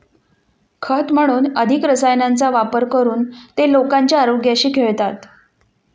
खत म्हणून अधिक रसायनांचा वापर करून ते लोकांच्या आरोग्याशी खेळतात